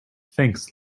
thanks